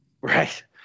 right